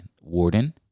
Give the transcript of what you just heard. warden